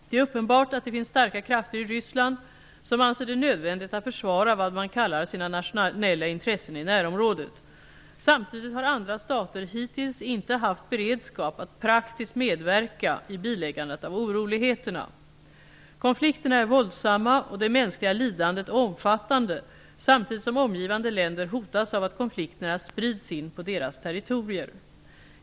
Det är uppenbart att det finns starka krafter i Ryssland som anser det nödvändigt att försvara vad man kallar sina nationella intressen i närområdet. Samtidigt har andra stater hittills inte haft beredskap att praktiskt medverka i biläggandet av oroligheterna. Konflikterna är våldsamma, och det mänskliga lidandet är omfattande, samtidigt som omgivande länder hotas av att konflikterna sprids in på deras territorier.